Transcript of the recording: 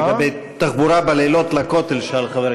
לגבי הכותל, הוא שאל.